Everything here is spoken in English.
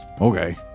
Okay